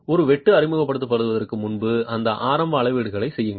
ஒரு வெட்டு அறிமுகப்படுத்தப்படுவதற்கு முன்பு அந்த ஆரம்ப அளவீடுகளை செய்யுங்கள்